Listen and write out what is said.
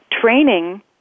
training